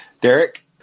Derek